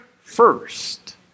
first